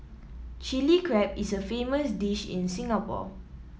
Chilli Crab is a famous dish in Singapore